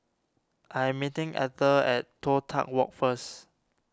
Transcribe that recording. I am meeting Atha at Toh Tuck Walk first